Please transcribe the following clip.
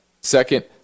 Second